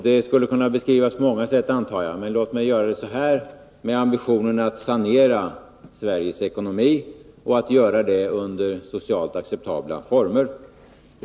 Det skulle kunna beskrivas på många sätt, antar jag, men låt mig göra det så här: med ambitionen att sanera Sveriges ekonomi och att göra det under socialt acceptabla former.